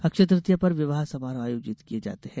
अक्षय तृतीया पर विवाह समारोह आयोजित किये जाते हैं